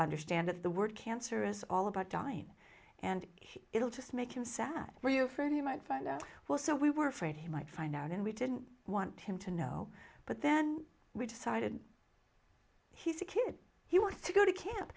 understand that the word cancer is all about dying and it'll just make him sad were you friend you might find out well so we were afraid he might find out and we didn't want him to know but then we decided he's a kid he wants to go to camp